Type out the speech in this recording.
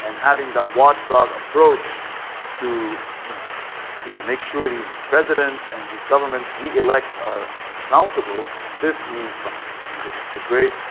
and having that watchdog approach to you know to make sure these presidents and these governments we elect are accountable this means something, and it's a great